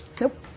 Nope